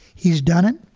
he's done it,